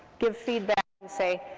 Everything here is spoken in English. give feedback, and say,